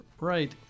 right